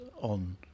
on